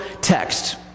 text